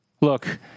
Look